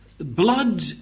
Blood